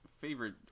favorite